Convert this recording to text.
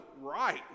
right